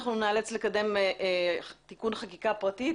אנחנו נאלץ לקדם תיקון חקיקה פרטית.